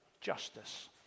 justice